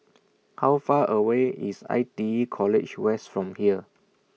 How Far away IS I T E College West from here